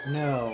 no